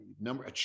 number